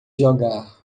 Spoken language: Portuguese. jogar